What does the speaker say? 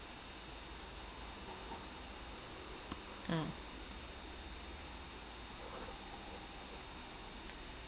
ah